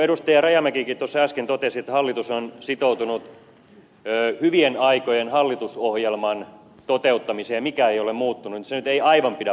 rajamäkikin tuossa äsken totesi että hallitus on sitoutunut hyvien aikojen hallitusohjelman toteuttamiseen eikä mikään ole muuttunut niin se nyt ei aivan pidä paikkaansa